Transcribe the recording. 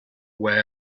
where